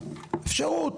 אפשרות,